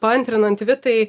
paantrinant vitai